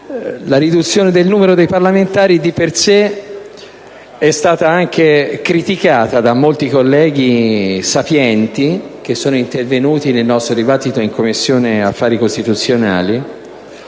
La riduzione del numero dei parlamentari di per sé è stata anche criticata da molti colleghi sapienti che sono intervenuti nel nostro dibattito in Commissione affari costituzionali